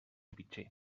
pitxer